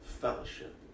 fellowship